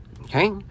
okay